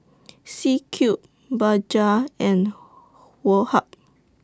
C Cube Bajaj and Woh Hup